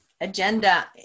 agenda